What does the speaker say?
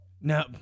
No